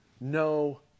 no